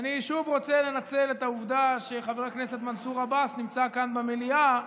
ואני שוב רוצה לנצל את העובדה שחבר הכנסת מנסור עבאס נמצא כאן במליאה.